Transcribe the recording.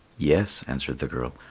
yes, answered the girl,